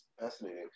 Fascinating